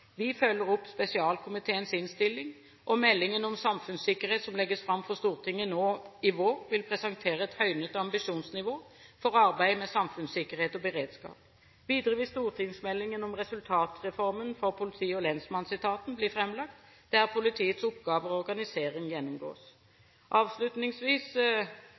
Vi følger opp spesialkomiteens innstilling, og meldingen om samfunnssikkerhet som legges fram for Stortinget nå i vår, vil presentere et høynet ambisjonsnivå for arbeidet med samfunnssikkerhet og beredskap. Videre vil stortingsmeldingen om resultatreformen for politi- og lensmannsetaten bli framlagt, der politiets oppgaver og organisering gjennomgås. Avslutningsvis